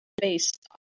based